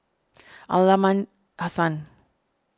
Aliman Hassan